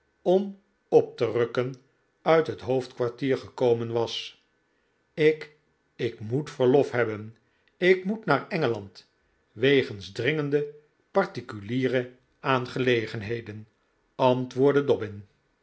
om op te rukken uit het hoofdkwartier gekomen was ik ik moet verlof hebben ik moet naar engeland wegens dringende particuliere aangelegenheden antwoordde dobbin